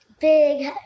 big